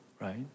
right